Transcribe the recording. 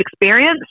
experience